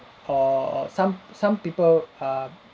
err some some people are